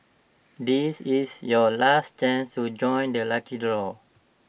this is your last chance to join the lucky draw